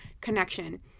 connection